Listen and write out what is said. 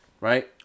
Right